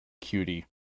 cutie